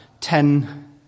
ten